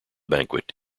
banquet